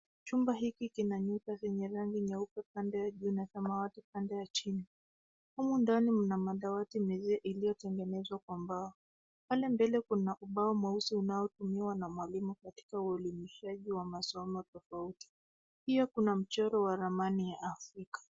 Chumba hiki kina nyuta zenye rangi nyeupe pande ya juu na samawati upande ya chini. Humu ndani mna madawati iliyotengenezwa kwa mbao. Pale mbele kuna ubao mweusi unaotumiwa na mwalimu katika uelimishaji wa masomo tofauti. Pia kuna mchoro wa ramani ya Afrika.